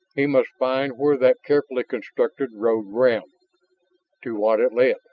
he must find where that carefully constructed road ran to what it led.